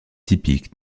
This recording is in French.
typique